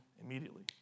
immediately